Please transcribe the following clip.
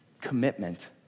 commitment